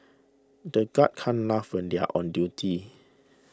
the guards can't laugh they are on duty